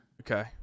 okay